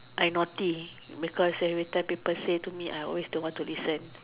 I naughty because every time people say to me I always don't want to listen